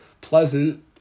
pleasant